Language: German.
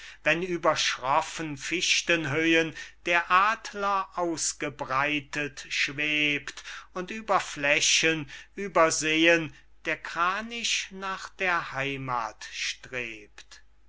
wenn über schroffen fichtenhöhen der adler ausgebreitet schwebt und über flächen über seen der kranich nach der heimat strebt